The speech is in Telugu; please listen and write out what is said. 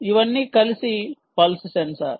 ఇవన్నీ కలిసి పల్స్ సెన్సార్